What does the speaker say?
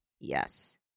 Yes